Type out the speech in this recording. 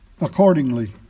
accordingly